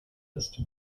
ist